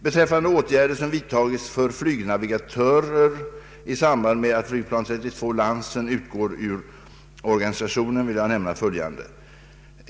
Beträffande åtgärder som vidtagits för flygnavigatörer i samband med att flygplan 32 Lansen utgår ur organisationen vill jag nämna följande.